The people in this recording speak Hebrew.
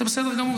זה בסדר גמור,